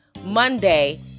Monday